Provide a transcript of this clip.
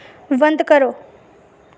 बंद करो